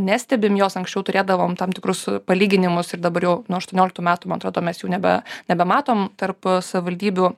nestebim jos anksčiau turėdavom tam tikrus palyginimus ir dabar jau nuo aštuonioliktų metų man atrodo mes jau nebe nebematom tarp savivaldybių